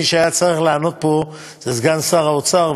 מי שהיה צריך לענות פה זה סגן שר האוצר,